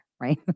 right